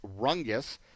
Rungus